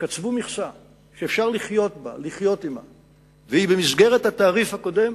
קצבו מכסה שאפשר לחיות עמה והיא במסגרת התעריף הקודם,